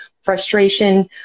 frustration